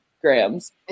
grams